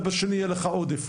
ובשני יהיה לך עודף.